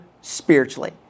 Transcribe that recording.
spiritually